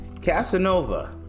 Casanova